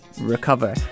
recover